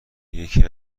یکی